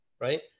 right